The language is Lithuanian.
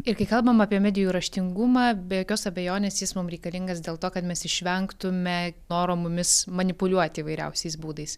ir kai kalbam apie medijų raštingumą be jokios abejonės jis mum reikalingas dėl to kad mes išvengtume noro mumis manipuliuot įvairiausiais būdais